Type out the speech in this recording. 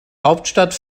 hauptstadt